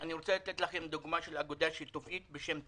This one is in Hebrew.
אני רוצה לתת לכם דוגמה של אגודה שיתופית בשם "תנדיף",